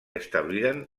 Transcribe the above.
establiren